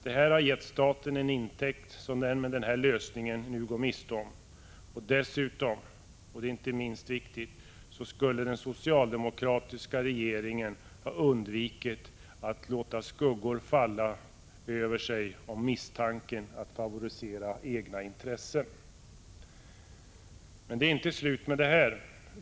Ett sådant förfarande skulle ha givit staten en intäkt som den nu går miste om. Dessutom — och det är inte minst viktigt — skulle den socialdemokratiska regeringen då ha undvikit att låta skuggor falla över sig av misstanken att favorisera egna intressen. Men det är inte slut med det här.